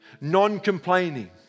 non-complaining